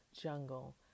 jungle